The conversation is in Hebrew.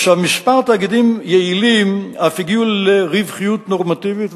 כמה תאגידים יעילים אף הגיעו לרווחיות נורמטיבית,